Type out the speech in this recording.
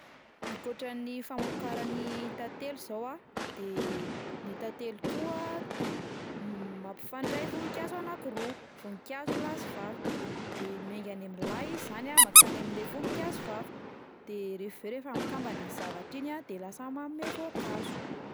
Ankoatran'ny famokarany tantely zao a, de ny tantely koa a m- mampifandray voninkazo anankiroa, voninkazo lahy sy vavy, de miainga any amin'ny lahy izy zany a mankany amin'le voninkazo vavy, de rehefa avy eo rehefa mikambana iny zavatra iny a de lasa manome voankazo.